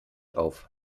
auf